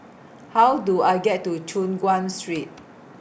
How Do I get to Choon Guan Street